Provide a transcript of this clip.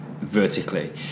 vertically